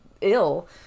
ill